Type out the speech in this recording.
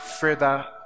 Further